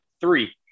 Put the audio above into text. three